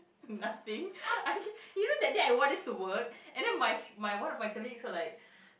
um nothing you know that day I wore this to work and then my f~ one of my colleagues were like